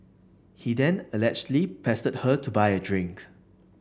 he then allegedly pestered her to buy a drink